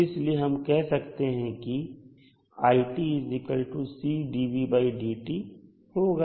इसलिए हम कह सकते हैं कि iC dvdt होगा